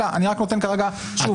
אתה לא יכול --- משה.